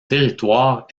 territoire